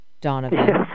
Donovan